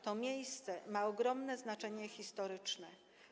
To miejsce ma ogromne znaczenie historyczne.